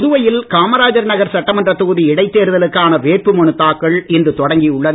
புதுவையில் காமராஜர் நகர் சட்டமன்றத் தொகுதி இடைத் தேர்தலுக்கான வேட்புமனு தாக்கல் இன்று தொடங்கியுள்ளது